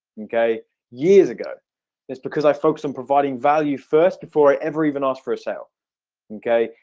okay years ago it's because i focus on providing value first before i ever even asked for a sale okay,